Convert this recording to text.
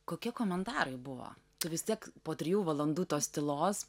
kokie komentarai buvo tu vis tiek po trijų valandų tos tylos